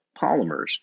polymers